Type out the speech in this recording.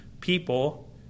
people